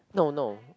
no no